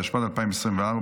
התשפ"ד 2024,